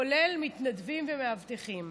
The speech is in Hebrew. כולל מתנדבים ומאבטחים.